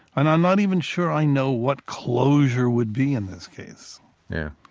and i'm not even sure i know what closure would be in this case there.